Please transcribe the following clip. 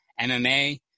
MMA